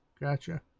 Gotcha